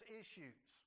issues